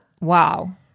Wow